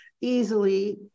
easily